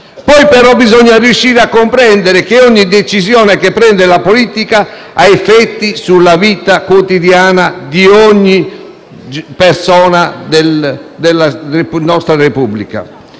Poi però bisogna riuscire a comprendere che ogni decisione politica ha effetti sulla vita quotidiana di tutte le persone della nostra Repubblica.